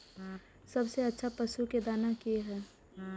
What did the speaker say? सबसे अच्छा पशु के दाना की हय?